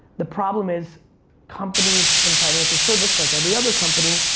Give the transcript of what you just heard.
the problem is companies in financial service, like every other company,